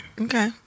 okay